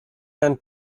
and